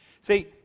See